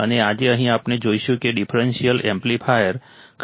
અને આજે અહીં આપણે જોઈશું કે ડિફરન્શિયલ એમ્પ્લીફાયર ખરેખર શું છે